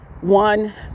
one